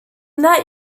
that